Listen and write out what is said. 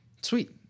Sweet